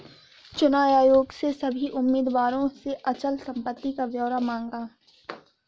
चुनाव आयोग ने सभी उम्मीदवारों से अचल संपत्ति का ब्यौरा मांगा